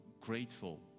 grateful